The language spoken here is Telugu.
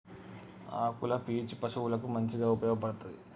ఆకుల పీచు పశువులకు మంచిగా ఉపయోగపడ్తది